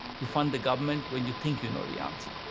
you fund the government when you think you know the answer.